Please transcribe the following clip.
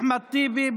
אחמד טיבי,